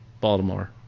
Baltimore